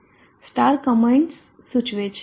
star comments સૂચવે છે